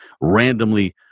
randomly